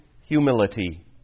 humility